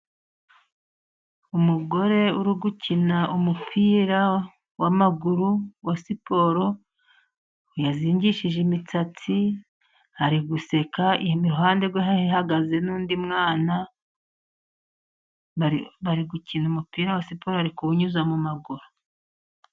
Umugore uri gukina umupira w'amaguru wa siporo, yazingishije imisatsi ,ari guseka ,iruhande rwe hahagaze n'undi mwana ,bari gukina umupira wa siporo ,ari kuwunyuza mu maguru.